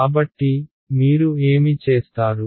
కాబట్టి మీరు ఏమి చేస్తారు